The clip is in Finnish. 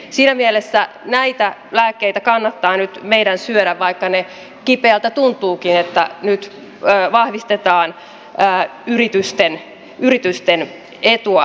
siinä mielessä näitä lääkkeitä kannattaa nyt meidän syödä vaikka ne kipeältä tuntuvatkin että nyt vahvistetaan yritysten etua